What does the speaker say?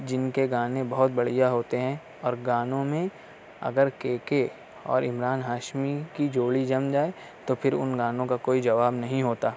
جن کے گانے بہت بڑھیا ہوتے ہیں اور گانوں میں اگر کے کے اور عمران ہاشمی کی جوڑی جم جائے تو پھر اُن گانوں کا کوئی جواب نہیں ہوتا